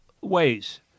ways